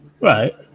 Right